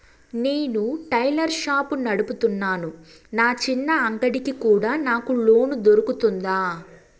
నేను tailor shop నడుపుతున్నాను, నా చిన్న అంగడి కి కూడా నాకు లోను దొరుకుతుందా?